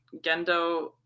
Gendo